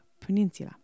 Peninsula